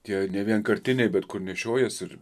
tie nevienkartiniai bet kur nešiojasi ir